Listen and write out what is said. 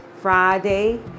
Friday